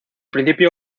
principio